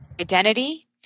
identity